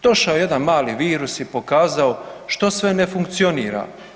Došao je jedan mali virus i pokazao što sve ne funkcionira.